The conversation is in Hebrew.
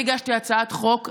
אני הגשתי הצעת חוק,